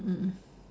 mm mm